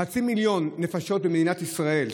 חצי מיליון נפשות במדינת ישראל,